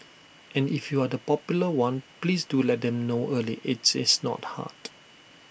and if you are the popular one please do let them know early IT is not hard